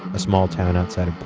a small town outside